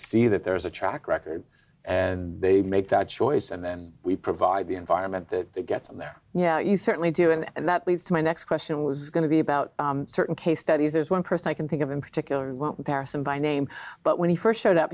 see that there's a track record and they make that choice and then we provide the environment that gets in there yeah you certainly do and that leads to my next question was going to be about certain case studies as one person i can think of in particular won't pass them by name but when he st showed up